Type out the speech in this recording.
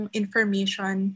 information